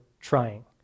trying